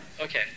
Okay